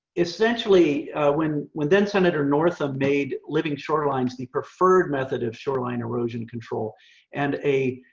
essentially when when then senator northam made living shorelines the preferred method of shoreline erosion control and a